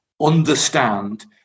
understand